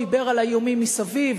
דיבר על האיומים מסביב,